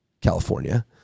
California